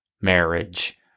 marriage